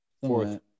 fourth